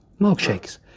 milkshakes